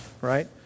right